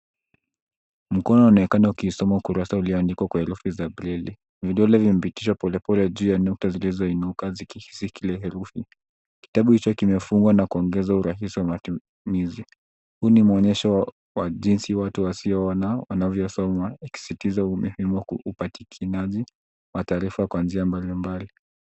Mkono unaonekana ukisoma ukurasa ulioandikwa kwa herufi za braille . Vidole vinapitishwa polepole juu ya nukta zilizoinuka zikishikilia herufi. Kitabu hicho kimefungwa na kuongeza urahisi wa matumizi. Huu ni mwonyesho wa jinsi watu wasioona wanavyosoma yakisisitiza umuhimu wa upatikanaji wa taarifa kwa njia mbalimbali.